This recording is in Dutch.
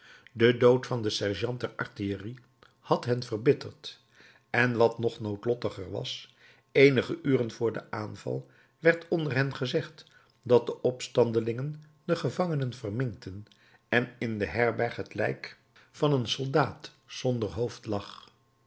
de dood van den sergeant der artillerie had hen verbitterd en wat nog noodlottiger was eenige uren voor den aanval werd onder hen gezegd dat de opstandelingen de gevangenen verminkten en in de herberg het lijk van een soldaat zonder hoofd lag